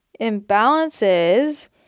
imbalances